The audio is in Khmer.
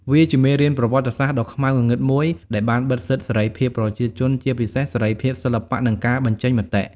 វាជាមេរៀនប្រវត្តិសាស្ត្រដ៏ខ្មៅងងឹតមួយដែលបានបិទសិទ្ធសេរីភាពប្រជាជន ជាពិសេសសេរីភាពសិល្បៈ និងការបញ្ចេញមតិ។